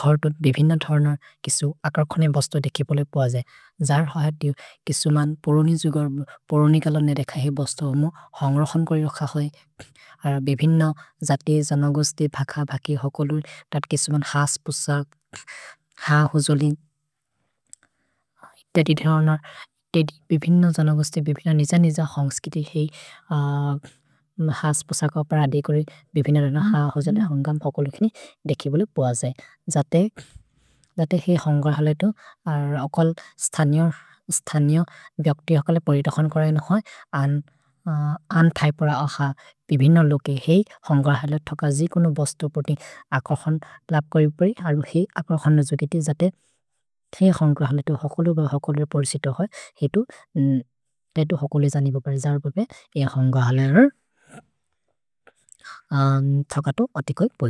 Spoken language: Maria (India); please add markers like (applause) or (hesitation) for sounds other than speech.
घर् दोत् बिभिन धर्नर् किसु अकर्खने बस्तो देखिपोले प्वजे। जहर् हहदिउ किसुमन् पोरोनि जुगर्, पोरोनि कलने देख हेइ बस्तो होमो होन्गर्हलोन् करिओख होइ। अर बिभिन जति, जन गुस्ति, भख भखि हकोलुल् तत् किसुमन् हास् पुसक्, हा होजोलिन्। तेति धर्नर्, तेति, बिभिन जन गुस्ति, बिभिन निज निज होन्ग्स्किति हेइ (hesitation) हास् पुसक उपर् अदेकोरि, बिभिन जन हा होजोलिन् होन्गम् भखोलुकिनि देखिपोले प्वजे। जते, जते हेइ होन्गर्हलेतो अकल् (hesitation) स्तनियो, स्तनियो ब्यक्ति हकले परितखन् करने होइ। अन् थैपर अख बिभिन लोके हेइ होन्गर्हलो थकजि, कुनु बस्तो पोति अकर्खने लप्करिउपरि, अरु हेइ अकर्खने जति जते हेइ होन्गर्हलेतो हकोलु ग हकलेर् पोर्सितो होइ, हेतु, (hesitation) तेतु हकोले जनिबोगर्, जहर् बोपे हेइ होन्गर्हलेरो थकतो अतिकोइ पोर्सितो।